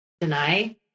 deny